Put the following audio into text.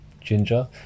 ginger